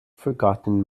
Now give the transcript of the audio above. forgotten